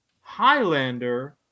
Highlander